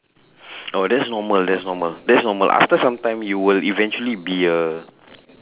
oh that's normal that's normal that's normal after some time you will eventually be a